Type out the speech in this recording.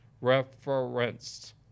Referenced